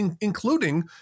including